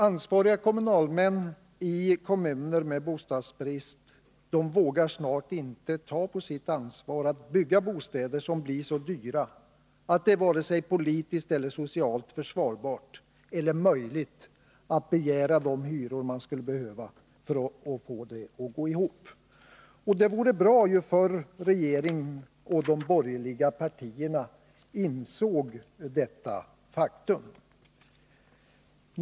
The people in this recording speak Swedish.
Ansvariga kommunalmän i kommuner med bostadsbrist vågar snart inte ta på sitt ansvar att bygga bostäder som blir så dyra att det varken är politiskt eller socialt försvarbart eller möjligt att begära de hyror man skulle behöva för att få det att gå ihop. Ju förr regeringen och de borgerliga partierna inser detta faktum, desto bättre är det.